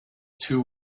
two